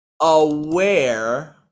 aware